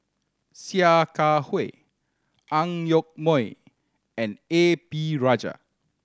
Sia Kah Hui Ang Yoke Mooi and A P Rajah